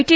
T